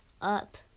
up